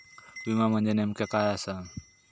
विमा म्हणजे नेमक्या काय आसा?